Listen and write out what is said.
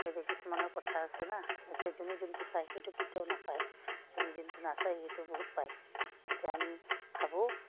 হেৰি কিছুমানৰ কথা আছে ন এতিয়া যোন যোনটো চায় সেইটো কেতিয়াও নাপায় যোনে যোনটো নাচায় সেইটো বহুত পায় এতিয়া আমি ভাবোঁ